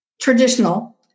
traditional